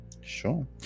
Sure